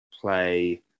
play